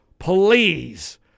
Please